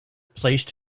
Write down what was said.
placed